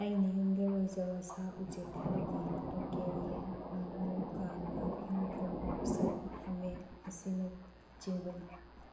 ꯑꯩꯅ ꯌꯨꯝꯗ ꯂꯣꯏꯖꯕ ꯁꯥ ꯎꯆꯦꯛ ꯈꯔꯗꯤ ꯂꯣꯀꯦꯜ ꯌꯦꯟ ꯉꯥꯅꯨ ꯀꯥꯡꯉꯥ ꯌꯨꯝ ꯈꯨꯟꯅꯨ ꯁꯟ ꯍꯥꯃꯦꯡ ꯑꯁꯤꯅꯆꯤꯡꯕꯅꯤ